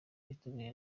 biteguye